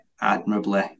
admirably